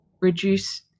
reduce